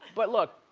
but look,